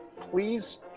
please